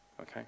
okay